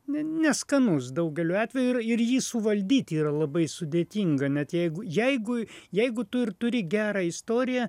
ne neskanus daugeliu atvejų ir ir jį suvaldyt yra labai sudėtinga net jeigu jeigu jeigu tu ir turi gerą istoriją